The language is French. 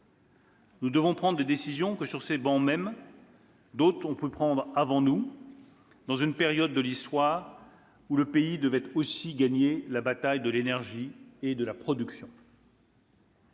Nous devons prendre des décisions que, sur ces bancs mêmes, d'autres ont prises avant nous, dans une période de l'Histoire où le pays devait aussi gagner la bataille de l'énergie et de la production.